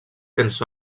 tens